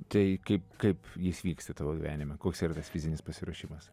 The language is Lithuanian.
tai kaip kaip jis vyksta tavo gyvenime koks tas fizinis pasiruošimas